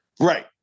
Right